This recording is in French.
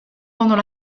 pendant